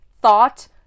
thought